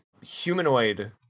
humanoid